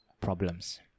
problems